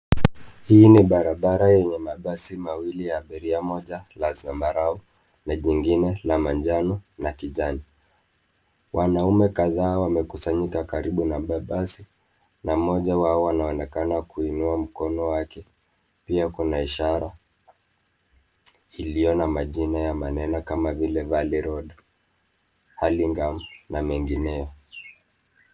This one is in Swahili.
Hii ni barabara yenye mabasi mawili ya abiria moja la Sambarau na jingine la kijani. Wanaume kadhaa wamekusanyika karibu na mabasi na moja wao anaonekana kuinua mkono wake pia kuna ishara na majina ya maneno kama vile vale road allingam na mengineyo.